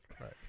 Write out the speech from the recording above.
Right